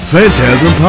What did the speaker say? Phantasm